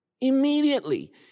immediately